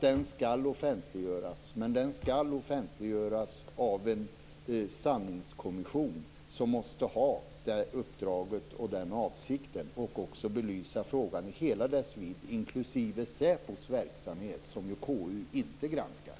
Den skall offentliggöras, men den skall offentliggöras av en sanningskommission som måste ha det uppdraget och den avsikten. Frågan skall belysas i hela sin vidd, inklusive säpos verksamhet, som KU ju inte granskar.